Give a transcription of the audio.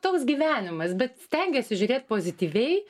toks gyvenimas bet stengiesi žiūrėt pozityviai